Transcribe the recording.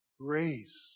Grace